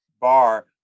bar